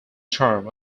term